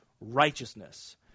Righteousness